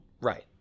Right